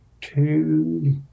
two